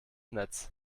netz